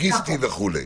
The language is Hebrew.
לוגיסטי וכולי.